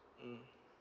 mm